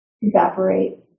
evaporate